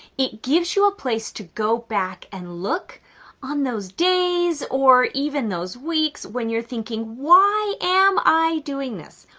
it gives you a place to go back and look um those days or even those weeks when you're thinking, why am i doing this?